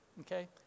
okay